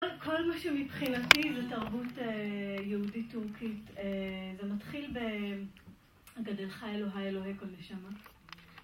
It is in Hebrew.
כל מה שמבחינתי זה תרבות יהודית-טורקית זה מתחיל באגדלך אלוהי אלוהי כל נשמה